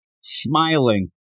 smiling